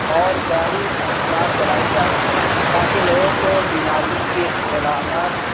اور گاہی مہمات چلائی جا رہی ہے تاکہ لوگوں کو بیماریوں کی علامات